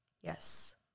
Yes